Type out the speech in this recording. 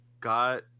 got